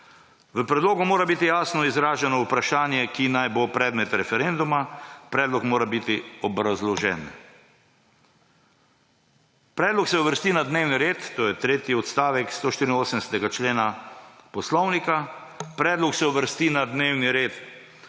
V predlogu mora biti jasno izraženo vprašanje, ki naj bo predmet referenduma. Predlog mora biti obrazložen.« Potem tretji odstavek 184. člena Poslovnika: »Predlog se uvrsti na dnevni red